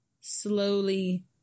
slowly